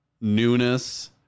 newness